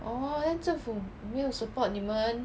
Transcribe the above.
orh then 政府没有 support 你们